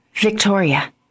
Victoria